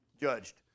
judged